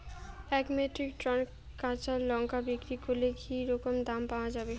এক metric tonne কাঁচা লঙ্কা বিক্রি করলে কি রকম দাম পাওয়া যাবে?